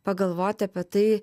pagalvoti apie tai